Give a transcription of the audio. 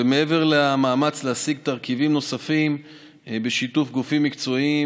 ומעבר למאמץ להשיג תרכיבים נוספים בשיתוף גופים מקצועיים